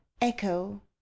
echo